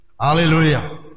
Hallelujah